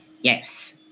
Yes